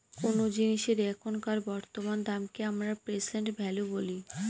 কোনো জিনিসের এখনকার বর্তমান দামকে আমরা প্রেসেন্ট ভ্যালু বলি